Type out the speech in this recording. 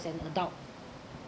as an adult